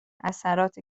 اثرات